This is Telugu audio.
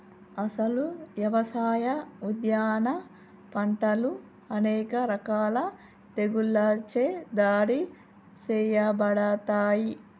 అసలు యవసాయ, ఉద్యాన పంటలు అనేక రకాల తెగుళ్ళచే దాడి సేయబడతాయి